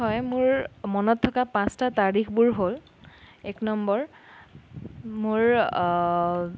হয় মোৰ মনত থকা পাঁচটা তাৰিখবোৰ হ'ল এক নম্বৰ মোৰ